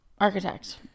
Architect